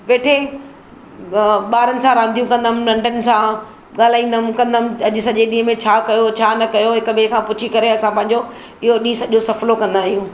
वेठे ॿारनि सां रांदियूं कंदमि नंढनि सां ॻाल्हाईंदमि कंदमि अॼु सॼे ॾींहं में छा कयो छा न कयो हिक ॿिए खां पुछी करे असां पंहिंजो इहो ॾींहुं सॼो सफ़लो कंदा आहियूं